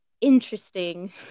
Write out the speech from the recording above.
interesting